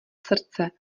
srdce